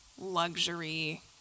luxury